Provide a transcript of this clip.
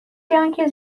yankees